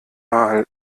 mal